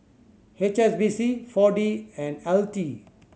H S B C Four D and L T